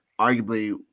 arguably